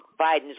Biden's